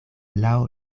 laŭ